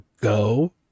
go